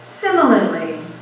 Similarly